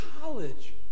college